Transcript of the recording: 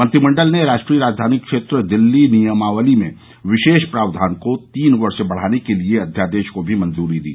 मंत्रिमंडल ने राष्ट्रीय राजधानी क्षेत्र दिल्ली नियमावली में विशेष प्रावधान को तीन वर्ष बढाने के लिए अध्यादेश को भी मंजूरी दी